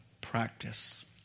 practice